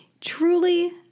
truly